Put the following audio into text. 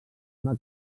una